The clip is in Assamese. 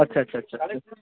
আচ্ছা আচ্ছা আচ্ছা